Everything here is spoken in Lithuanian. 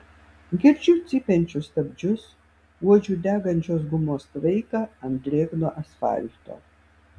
girdžiu cypiančius stabdžius uodžiu degančios gumos tvaiką ant drėgno asfalto